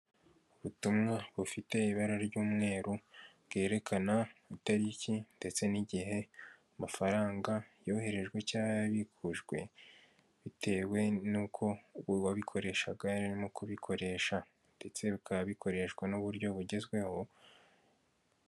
Ubutumwa bufite ibara ry'umweru bwerekana itariki ndetse n'igihe amafaranga yoherejwe cya yabikujwe bitewe n'uko uwabikoreshaga yari arimo kubikoresha ndetse bikaba bikoreshwa n'uburyo bugezweho.